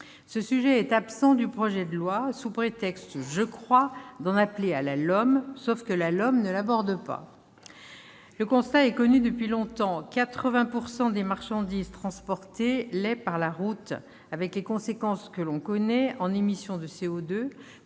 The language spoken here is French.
Ce sujet est absent du projet de loi, sous prétexte, je crois, d'en appeler à la LOM, sauf que la LOM ne l'aborde pas ! Le constat est connu depuis longtemps : 80 % des marchandises transportées le sont par la route, d'où l'engorgement des grands axes et les émissions de CO2